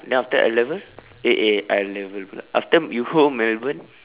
then after N-level eh eh N-level pula after you go Melbourne